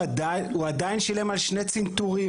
הוא עדיין שילם על שני צנתורים.